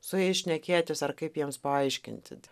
su jais šnekėtis ar kaip jiems paaiškinti